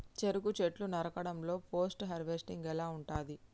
చెరుకు చెట్లు నరకడం లో పోస్ట్ హార్వెస్టింగ్ ఎలా ఉంటది?